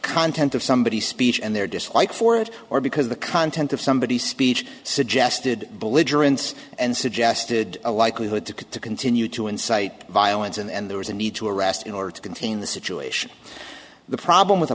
content of somebody's speech and their dislike for it or because the content of somebody's speech suggested belligerence and suggested a likelihood to continue to incite violence and there was a need to arrest in order to contain the situation the problem with a